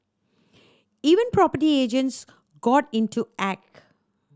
even property agents got into act